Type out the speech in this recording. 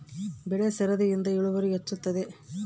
ಬೆಳೆ ಸರದಿಯಿಂದ ಇಳುವರಿ ಹೆಚ್ಚುತ್ತದೆಯೇ?